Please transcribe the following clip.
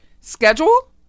schedule